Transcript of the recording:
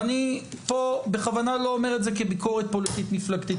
ואני פה בכוונה לא אומר את זה כביקורת פוליטית מפלגתית,